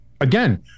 again